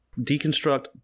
deconstruct